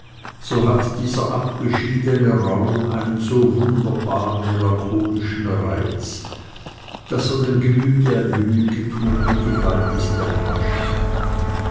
so hat dieser kleine abgeschiedene raum einen so wunderbar melancholischen reiz daß er dem gemüte ein genüge tut wie die weiteste landschaft